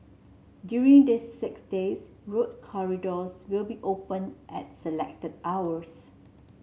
during these six days road corridors will be open at selected hours